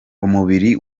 umubiri